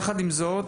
יחד עם זאת,